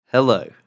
Hello